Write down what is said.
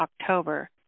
October